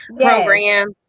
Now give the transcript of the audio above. program